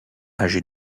âgé